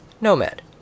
Nomad